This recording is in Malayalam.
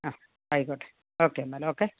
ആ ആയിക്കോട്ടെ ഓക്കെ എന്നാൽ ഓക്കെ